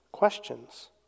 questions